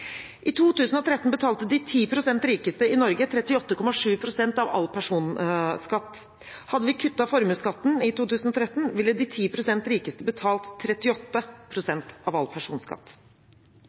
I 2013 betalte de 10 pst. rikeste i Norge 38,7 pst. av all personskatt. Hadde vi kuttet formuesskatten i 2013, ville de 10 pst. rikeste betalt 38 pst. av all personskatt.